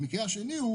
במקרה השני,